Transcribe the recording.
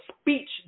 speech